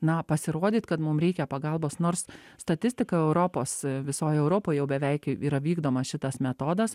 na pasirodyt kad mum reikia pagalbos nors statistika europos visoj europoj jau beveik yra vykdomas šitas metodas